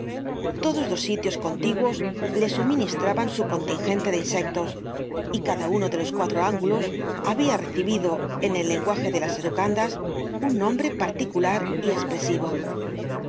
todos los sitios contiguos le suministraban su contingente de insectos y cada uno de los cuatro ángulos habia recibido en el lenguaje de las educandas un nombre particular y espresivo